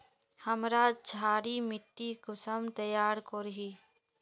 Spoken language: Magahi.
हमार क्षारी मिट्टी कुंसम तैयार करोही?